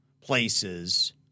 places